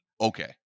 okay